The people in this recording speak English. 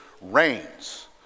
reigns